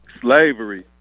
slavery